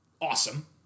Awesome